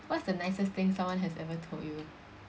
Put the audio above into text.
what's the nicest thing someone has ever told you